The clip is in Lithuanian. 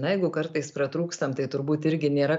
na jeigu kartais pratrūkstam tai turbūt irgi nėra